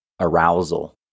arousal